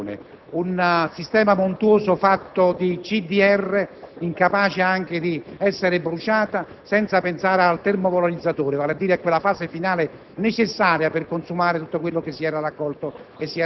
il dilettantismo con il quale è stata affrontata la questione. Un sistema montuoso fatto di CDR, incapace anche di essere bruciato, senza pensare al termovalorizzatore, vale a dire alla fase finale